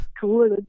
cool